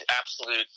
absolute